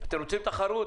אתם רוצים תחרות,